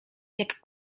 jak